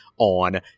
On